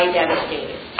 devastated